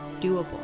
doable